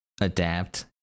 adapt